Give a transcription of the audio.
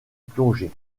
plongée